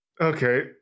okay